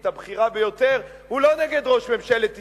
הבכירה ביותר הוא לא נגד ראש ממשלת ישראל,